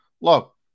look